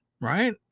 right